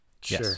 sure